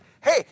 hey